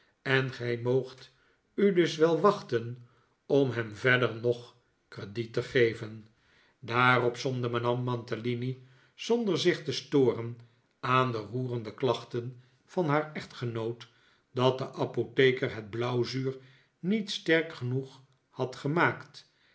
en gij moogt u dus wel wachten om hem verder nog crediet te geven daarop somde madame mantalini zonder zich te storen aan de roerende klachten van haar echtgenoot dat de apotheker het blauwzuur niet sterk genoeg had gemaakt